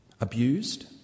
abused